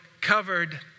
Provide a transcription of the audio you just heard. covered